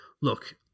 look